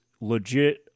legit